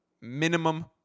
minimum